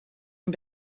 een